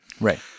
Right